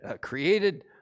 created